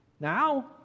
now